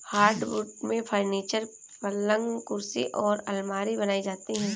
hardwood से furniture, पलंग कुर्सी और आलमारी बनाई जाती है